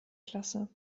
klasse